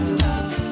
love